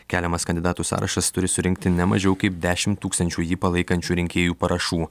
keliamas kandidatų sąrašas turi surinkti ne mažiau kaip dešim tūkstančių jį palaikančių rinkėjų parašų